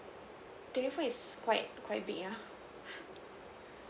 the different is quite quite big uh